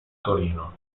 torino